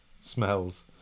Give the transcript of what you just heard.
smells